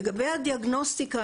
לגבי הדיאגנוסטיקה,